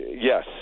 Yes